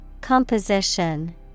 Composition